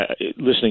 listening